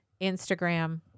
Instagram